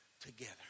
Together